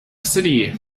city